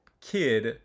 kid